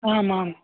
आम् आम्